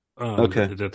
Okay